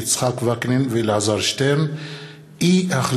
יצחק וקנין ואלעזר שטרן בנושא: מתווה